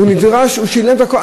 הוא שילם הכול.